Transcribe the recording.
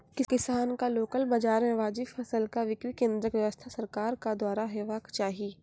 किसानक लोकल बाजार मे वाजिब फसलक बिक्री केन्द्रक व्यवस्था सरकारक द्वारा हेवाक चाही?